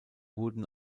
werden